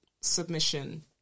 submission